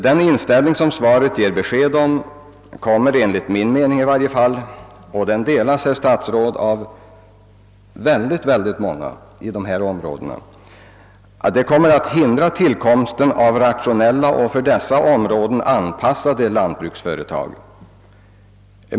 Den inställning som svaret ger besked om kommer, enligt min mening i varje fall — och den delas, herr statsråd, av oerhört många i de berörda områdena — att hindra tillkomsten av rationella och för dessa områden anpassade lantbruksföretag.